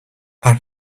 are